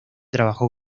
trabajó